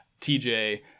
TJ